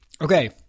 Okay